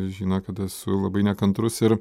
žino kad esu labai nekantrus ir